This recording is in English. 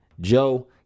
Joe